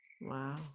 Wow